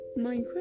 minecraft